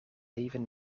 leven